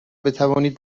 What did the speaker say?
بتوانید